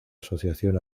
asociación